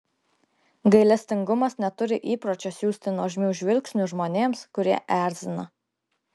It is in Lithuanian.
gailestingumas neturi įpročio siųsti nuožmių žvilgsnių žmonėms kurie erzina